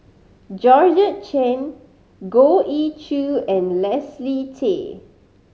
Georgette Chen Goh Ee Choo and Leslie Tay